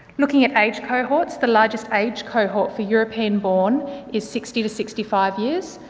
looking at age cohorts, the largest age cohort for european born is sixty to sixty five years,